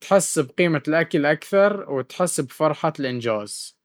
تحس بقيمة الأكل أكثر، وتحس بفرحة الإنجاز.